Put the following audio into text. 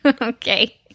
Okay